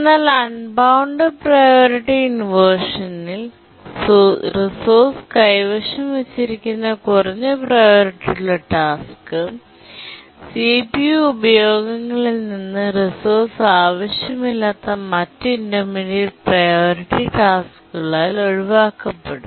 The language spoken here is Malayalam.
എന്നാൽ അൺബൌണ്ടഡ് പ്രിയോറിറ്റി ഇൻവെർഷൻ ൽ റിസോഴ്സ് കൈവശം വച്ചിരിക്കുന്ന കുറഞ്ഞ പ്രിയോറിറ്റി ഉള്ള ടാസ്ക് സിപിയു ഉപയോഗങ്ങളിൽ നിന്ന് റിസോഴ്സ് ആവശ്യമില്ലാത്ത മറ്റ് ഇന്റർമീഡിയറ്റ് പ്രിയോറിറ്റി ടാസ്കുക ളാൽ ഒഴിവാക്കപ്പെടും